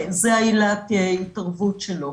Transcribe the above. שזו עילת ההתערבות שלו.